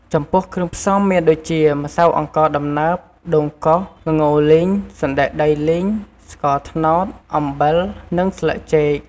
ចំពោះគ្រឿងផ្សំមានដូចជា ម្សៅអង្ករដំណើប ដូងកោស ល្ងលីង សណ្តែកដីលីង ស្ករត្នោត អំបិល និងស្លឹកចេក។